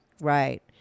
Right